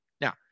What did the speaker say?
Now